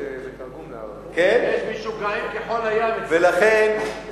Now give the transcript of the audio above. הבעיה היא שיש משוגעים כחול הים אצלכם.